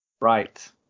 Right